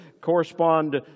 correspond